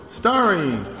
starring